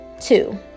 Two